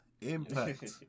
Impact